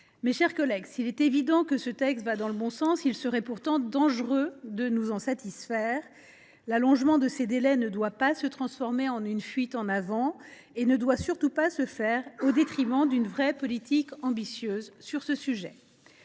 Mes chers collègues, s’il est évident que ce texte va dans le bon sens, il serait pourtant dangereux de nous en satisfaire. L’allongement de ces délais ne doit pas se transformer en une fuite en avant et ne doit pas se substituer à une politique vraiment ambitieuse sur ce sujet.